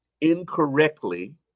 incorrectly